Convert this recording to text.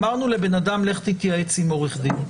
אמרנו לבן אדם לך תתייעץ עם עורך דין.